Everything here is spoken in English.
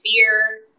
fear